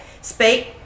Speak